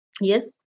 Yes